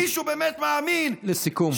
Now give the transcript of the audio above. מישהו באמת מאמין, לסיכום.